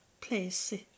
place